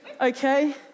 okay